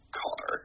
car